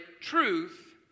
truth